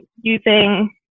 Using